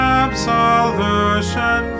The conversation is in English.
absolution